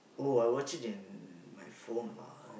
oh I watched it in my phone lah